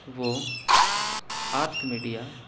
وہ earth media